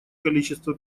количество